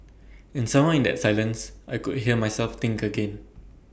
and somehow in that silence I could hear myself think again